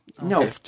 No